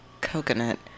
coconut